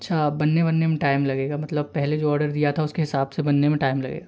अच्छा बनने वनने में टाइम लगेगा मतलब पहले जो ऑर्डर दिया था उसके हिसाब से बनने में टाइम लगेगा